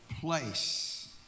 place